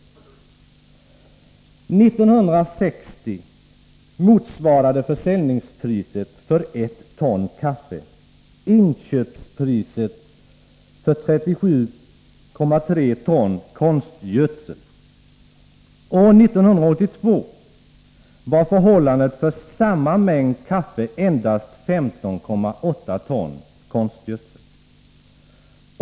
År 1960 motsvarade försäljningspriset för 1 ton kaffe inköpspriset för 37,3 ton konstgödsel. År 1982 fick man för samma mängd kaffe endast 15,8 ton konstgödsel.